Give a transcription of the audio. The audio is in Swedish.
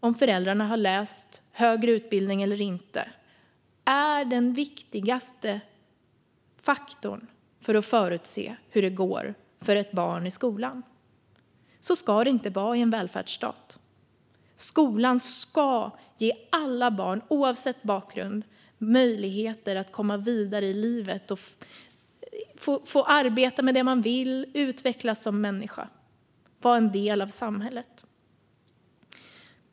Om föräldrarna har en högre utbildning eller inte är den viktigaste faktorn för hur det kommer att gå för ett barn i skolan. Så ska det inte vara i en välfärdsstat. Skolan ska ge alla barn, oavsett bakgrund, möjligheter att komma vidare i livet, arbeta med det man vill, utvecklas som människa och vara en del av samhället.